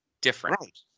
different